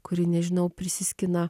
kuri nežinau prisiskina